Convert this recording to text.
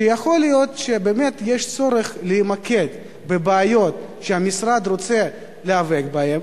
יכול להיות שבאמת יש צורך להתמקד בבעיות שהמשרד רוצה להיאבק בהן,